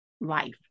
life